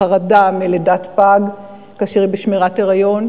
החרדה מלידת פג כאשר היא בשמירת היריון,